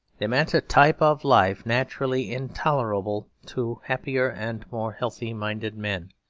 they meant a type of life naturally intolerable to happier and more healthy-minded men,